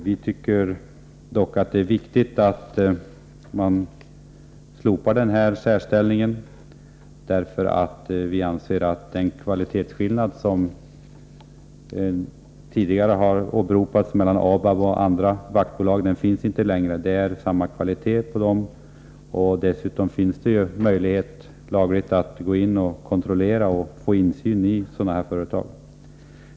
Vi tycker dock att det är viktigt att man slopar den här särställningen. Vi anser att den kvalitetsskillnad mellan ABAB och andra bevakningsbolag vilken tidigare åberopats inte längre finns. Det är samma kvalitet. Dessutom finns det laglig möjlighet att gå in och kontrollera sådana företag.